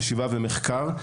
לשיטה שבנויה על חשיבה ומחקר,